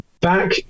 Back